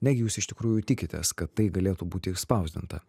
negi jūs iš tikrųjų tikitės kad tai galėtų būti išspausdinta